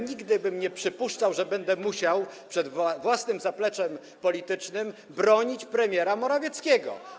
Nigdy bym nie przypuszczał, że będę musiał przed własnym zapleczem politycznym bronić premiera Morawieckiego.